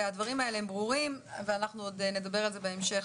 הדברים הם ברורים ואנחנו עוד נדבר על זה בהמשך.